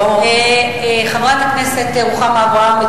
חברת הכנסת רוחמה אברהם,